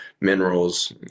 minerals